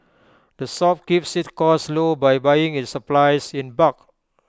the shop keeps its costs low by buying its supplies in bulk